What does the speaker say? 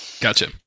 Gotcha